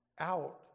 out